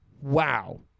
wow